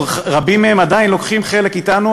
ורבים מהם עדיין לוקחים חלק אתנו,